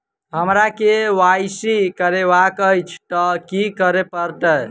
हमरा केँ Y C करेवाक अछि तऽ की करऽ पड़तै?